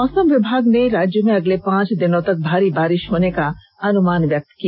मौसम विभाग ने राज्य में अगले पांच दिनों तक भारी बारिश होने का अनुमान व्यक्त किया